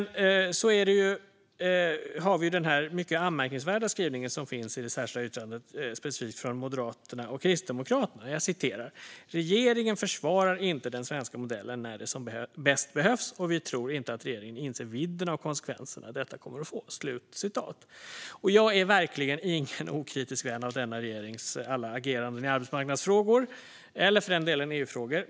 Men så har vi den mycket anmärkningsvärda skrivning som finns i det särskilda yttrandet från Moderaterna och Kristdemokraterna. "Regeringen försvarar inte den svenska modellen när det som bäst behövs och vi tror inte att regeringen inser vidden av konsekvenserna detta kommer att få." Jag är verkligen ingen okritisk vän av denna regerings alla ageranden i arbetsmarknadsfrågor eller för den delen EU-frågor.